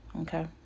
okay